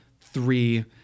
three